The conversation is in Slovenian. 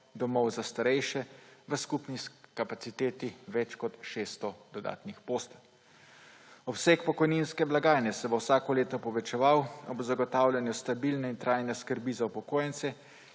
domov za starejše v skupni kapaciteti več kot 600 dodatnih postelj. Obseg pokojninske blagajne se bo vsako leto povečeval ob zagotavljanju stabilne in trajne skrbi za upokojence,